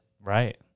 Right